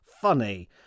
funny